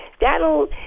That'll